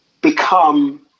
become